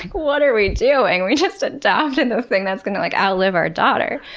like, what are we doing? we just adopted this thing that is gonna like outlive our daughter!